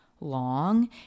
long